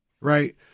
Right